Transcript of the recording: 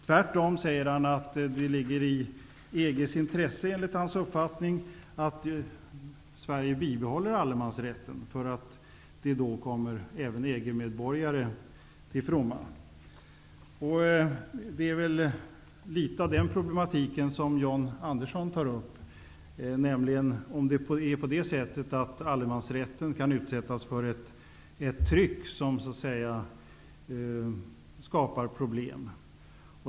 Tvärtom, säger Staffan Westerlund, ligger det i EG:s intresse att Sverige bibehåller allemansrätten. Den blir ju till fromma även för EG-medborgarna. Det är väl litet av den problematiken som John Andersson tar upp, nämligen om allemansrätten kan utsättas för ett tryck som skapar problem.